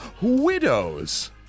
Widows